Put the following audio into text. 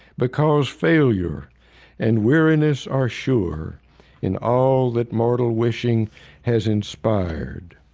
because failure and weariness are sure in all that mortal wishing has inspired